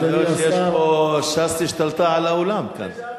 אני רואה שש"ס השתלטה על האולם כאן.